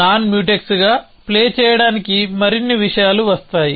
non mutex గా play చేయడానికి మరిన్ని విషయాలు వస్తాయి